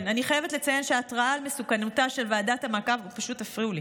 כן, פשוט הפריעו לי.